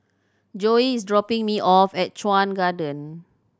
Joey is dropping me off at Chuan Garden